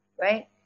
right